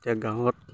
এতিয়া গাঁৱত